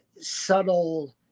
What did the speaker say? subtle